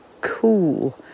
cool